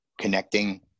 connecting